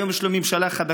היום יש לו ממשלה חדשה,